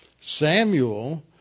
Samuel